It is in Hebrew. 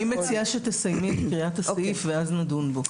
אני מציעה שתסיימי את קריאת הסעיף ואז נדון בו.